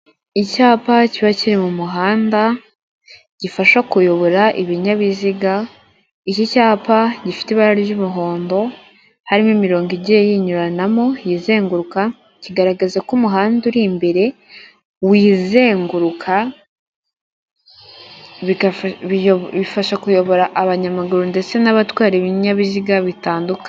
Icyapa kiba kiri mu muhanda gifasha kuyobora ibinyabiziga iki cyapa gifite ibara ry'umuhondo harimo imirongo igiye yinyuranamo, yizenguruka kigaragaza ko umuhanda uri imbere wizenguruka, bifasha kuyobora abanyamaguru ndetse n'abatwara ibinyabiziga bitandukanye.